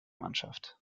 mannschaft